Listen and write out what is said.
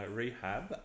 rehab